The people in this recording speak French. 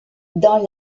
dans